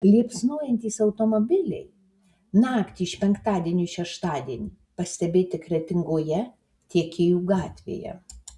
liepsnojantys automobiliai naktį iš penktadienio į šeštadienį pastebėti kretingoje tiekėjų gatvėje